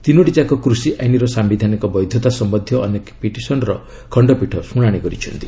ତିନୋଟିଯାକ କୁଷି ଆଇନ୍ର ସାୟିଧାନିକ ବୈଧତା ସମ୍ଭନ୍ଧୀୟ ଅନେକ ପିଟିସନ୍ର ଖଣ୍ଡପୀଠ ଶୁଣାଣି କରିଛନ୍ତି